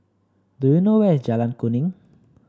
do you know where is Jalan Kuning